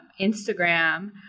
Instagram